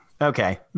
Okay